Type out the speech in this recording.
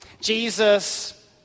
Jesus